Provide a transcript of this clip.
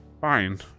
fine